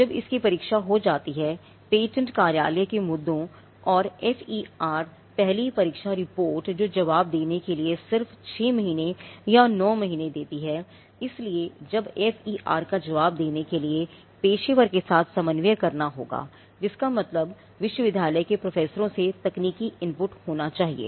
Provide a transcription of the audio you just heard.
जब इसकी परीक्षा हो जाती है पेटेंट कार्यालय के मुद्दों और एफईआर होना चाहिए